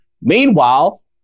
Meanwhile